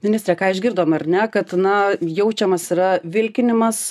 ministre ką išgirdom ar ne kad na jaučiamas yra vilkinimas